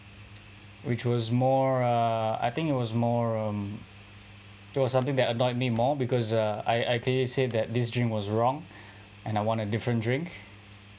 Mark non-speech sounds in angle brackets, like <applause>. which was more ah I think it was more um that was something that annoyed me more because uh I I actually said that this drink was wrong <breath> and I want a different drink